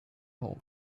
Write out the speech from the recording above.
home